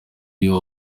iyo